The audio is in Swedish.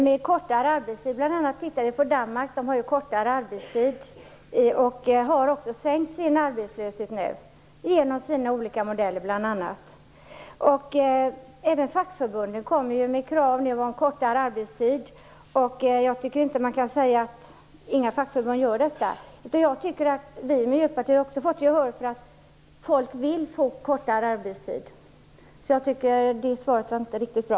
Fru talman! Vi kan titta på Danmark. Där har man kortare arbetstid och har också minskat sin arbetslöshet nu, bl.a. genom sina olika modeller. Även fackförbunden kommer ju nu med krav på kortare arbetstid, och jag tycker inte att man kan säga att inga fackförbund gör detta. Vi i Miljöpartiet har också fått gehör för att folk vill få kortare arbetstid. Därför tycker jag inte att näringsministerns svar var riktigt bra.